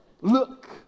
Look